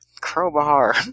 Crowbar